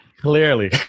Clearly